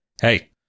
hey